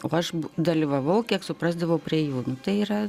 o aš dalyvavau kiek suprasdavau prie jų tai yra